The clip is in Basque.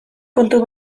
kontu